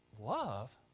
Love